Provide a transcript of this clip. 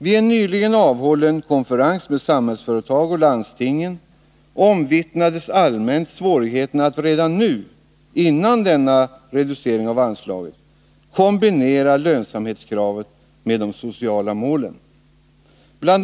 Vid en nyligen avhållen konferens med Samhällsföretag och landstingen omvittnades allmänt att det redan nu, innan denna reducering av anslagen gjorts, finns svårigheter att kombinera lönsamhetskravet med de sociala målen. Bl.